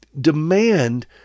demand